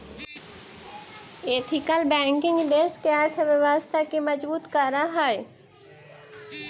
ethical banking देश के अर्थव्यवस्था के मजबूत करऽ हइ